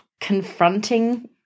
confronting